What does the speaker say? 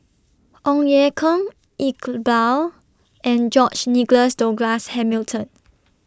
Ong Ye Kung Iqbal and George Nigel Douglas Hamilton